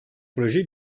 proje